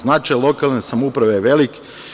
Značaj lokalne samouprave je velik.